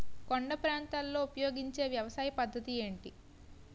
కొండ ప్రాంతాల్లో ఉపయోగించే వ్యవసాయ పద్ధతి ఏంటి?